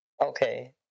Okay